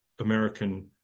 American